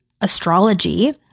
astrology